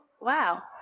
wow